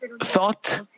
thought